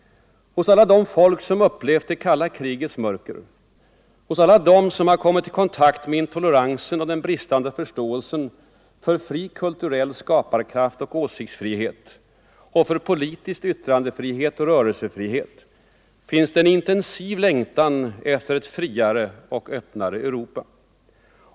Hos alla de folk som upplevt det kalla krigets mörker, hos alla dem som kommit i kontakt med intoleransen och den bristande förståelsen för fri kulturell skaparkraft och åsiktsfrihet och för politisk yttrandefrihet och rörelsefrihet, finns det en intensiv längtan efter ett friare och öppnare Europa.